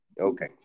Okay